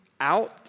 out